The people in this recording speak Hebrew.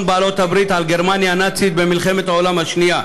בעלות הברית על גרמניה הנאצית במלחמת העולם השנייה.